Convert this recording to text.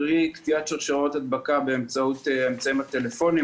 קרי קטיעת שרשראות ההדבקה באמצעות הטלפונים,